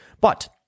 but-